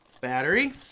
Battery